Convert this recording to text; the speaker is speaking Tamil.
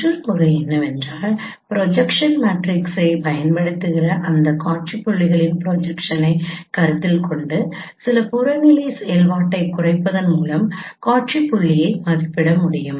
மற்றொரு முறை என்னவென்றால் ப்ரொஜெக்ஷன் மேட்ரிக்ஸைப் பயன்படுத்துகின்ற அந்த காட்சி புள்ளிகளின் ப்ரொஜெக்ஷனை கருத்தில் கொண்டு சில புறநிலை செயல்பாட்டைக் குறைப்பதன் மூலம் காட்சி புள்ளியை மதிப்பிட முடியும்